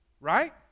Right